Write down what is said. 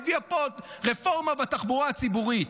היא הביאה פה עוד רפורמה בתחבורה הציבורית.